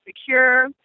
secure